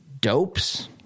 dopes